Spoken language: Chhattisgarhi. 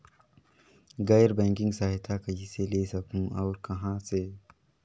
गैर बैंकिंग सहायता कइसे ले सकहुं और कहाँ से?